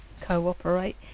cooperate